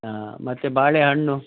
ಹಾಂ ಮತ್ತು ಬಾಳೆ ಹಣ್ಣು